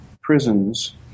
prisons